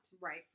Right